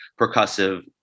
percussive